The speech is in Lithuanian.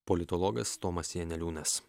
politologas tomas janeliūnas